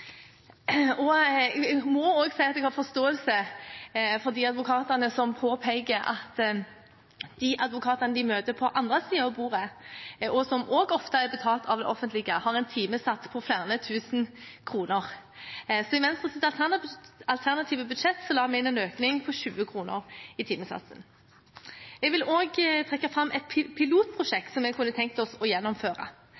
må også si at jeg har forståelse for de advokatene som påpeker at de advokatene de møter på den andre siden av bordet – og som også ofte er betalt av det offentlige – har en timesats på flere tusen kroner. Så i Venstres alternative budsjett la vi inn en økning i timesatsen på 20 kr. Jeg vil også trekke fram et